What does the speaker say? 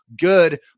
good